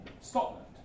Scotland